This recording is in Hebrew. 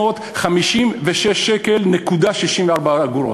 1,556.64 שקל.